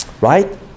right